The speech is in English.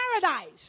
paradise